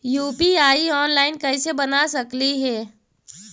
UPI online कैसे बना सकली हे?